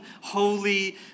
holy